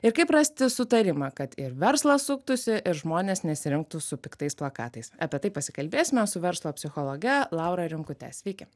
ir kaip rasti sutarimą kad ir verslas suktųsi žmonės nesirinktų su piktais plakatais apie tai pasikalbėsime su verslo psichologe laura rimkute sveiki